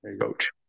coach